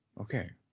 Okay